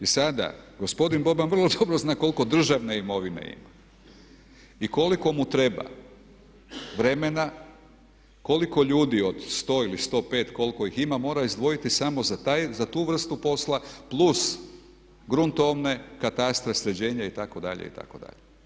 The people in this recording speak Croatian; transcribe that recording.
I sada gospodin Boban vrlo dobro zna koliko državne imovine ima i koliko mu treba vremena, koliko ljudi od 100 ili 105 koliko ima mora izdvojiti samo za tu vrstu posla plus gruntovne, katastar, sređenje itd. itd.